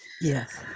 Yes